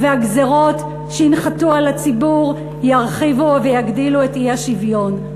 והגזירות שינחתו על הציבור ירחיבו ויגדילו את האי-שוויון.